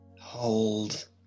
hold